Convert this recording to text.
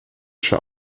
wäsche